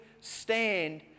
stand